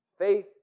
Faith